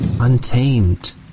untamed